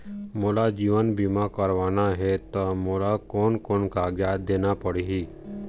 मोला जीवन बीमा करवाना हे ता मोला कोन कोन कागजात देना पड़ही?